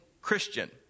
Christian